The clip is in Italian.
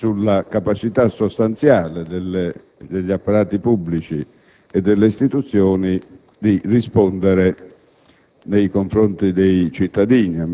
puntando maggiormente sulla capacità sostanziale degli apparati pubblici e delle istituzioni di rispondere